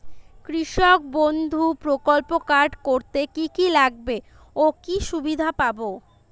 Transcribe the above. কৃষক বন্ধু প্রকল্প কার্ড করতে কি কি লাগবে ও কি সুবিধা পাব?